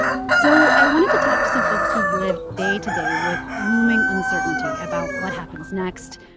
and so i wanted to talk to some folks who've lived day to day with looming uncertainty about what happens next,